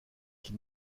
qui